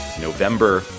November